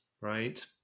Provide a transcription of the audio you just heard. right